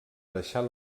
deixar